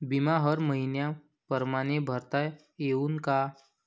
बिमा हर मइन्या परमाने भरता येऊन का?